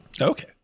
Okay